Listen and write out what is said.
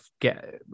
get